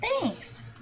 thanks